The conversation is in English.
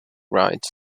write